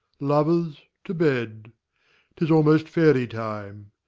lovers, to bed tis almost fairy time.